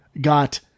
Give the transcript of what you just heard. got